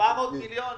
400 מיליון?